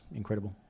incredible